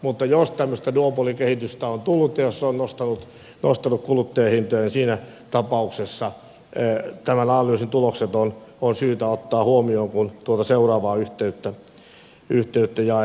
mutta jos tämmöistä duopolikehitystä on tullut ja jos se on nostanut kuluttajahintoja niin siinä tapauksessa tämän analyysin tulokset on syytä ottaa huomioon kun tuota seuraavaa yhteyttä jaetaan